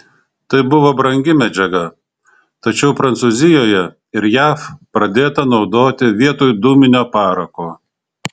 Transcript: tai buvo brangi medžiaga tačiau prancūzijoje ir jav pradėta naudoti vietoj dūminio parako